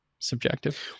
subjective